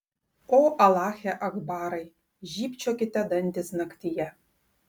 o alache akbarai žybčiokite dantys naktyje